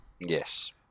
Yes